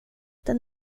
den